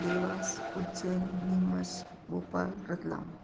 Dewas Ujjain Neemuch Bhopal Ratlam